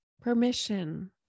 permission